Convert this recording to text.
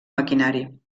maquinari